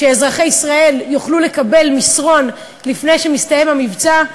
כשאזרחי ישראל יוכלו לקבל מסרון לפני שמסתיים המבצע,